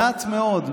מעט מאוד,